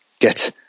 get